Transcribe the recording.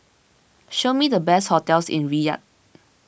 show me the best hotels in Riyadh